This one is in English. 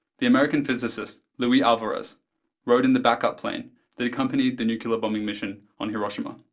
the american physicist luis alvarez rode in the backup plane that accompanied the nuclear bombing mission on hiroshima.